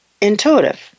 intuitive